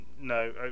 no